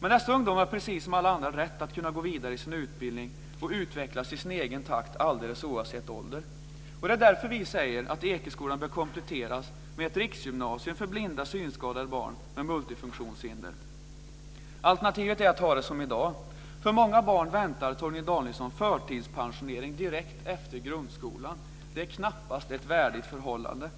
Men dessa ungdomar har precis som alla andra rätt att gå vidare i sin utbildning och utvecklas i sin egen takt, oavsett ålder. Det är därför vi säger att Ekeskolan bör kompletteras med ett riksgymnasium för blinda och synskadade barn med multifunktionshinder. Alternativet är att ha det som i dag. För många barn väntar, Torgny Danielsson, förtidspensionering direkt efter grundskolan. Det är knappast ett värdigt förhållande.